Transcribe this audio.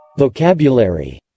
Vocabulary